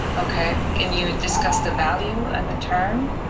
okay, can you discuss the value and the term?